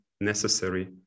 necessary